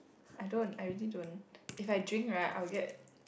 I don't I really don't if I drink right I will get